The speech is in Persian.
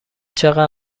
چقدر